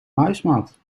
muismat